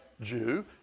Jew